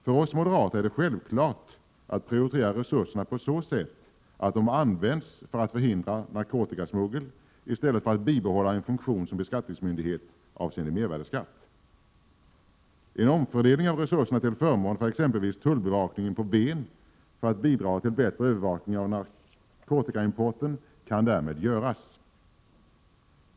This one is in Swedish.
För oss moderater är det självklart att resurserna skall användas för att förhindra narkotikasmuggling hellre än att de används för att bibehålla funktionen som beskattningsmyndighet avseende mervärdeskatt. En omfördelning av resurserna till förmån för exempelvis tullbevakningen på Ven för att bidra till en bättre övervakning av narkotikainförseln kan därmed göras.